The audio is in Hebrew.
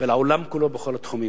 ולעולם כולו, בכל התחומים.